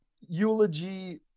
eulogy